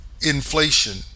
inflation